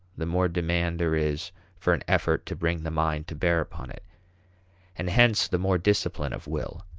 the more demand there is for an effort to bring the mind to bear upon it and hence the more discipline of will.